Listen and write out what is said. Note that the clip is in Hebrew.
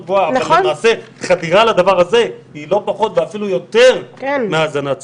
למעשה חדירה לדבר הזה היא לא פחות ואפילו יותר מהאזנת סתר,